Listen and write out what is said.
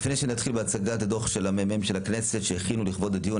לפני שנתחיל בהצגת הדו"ח של הממ"מ של הכנסת שהכינו לכבוד הדיון,